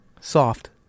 Soft